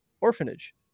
Orphanage